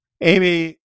Amy